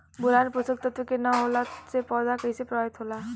Boron पोषक तत्व के न होला से पौधा कईसे प्रभावित होला?